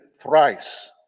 thrice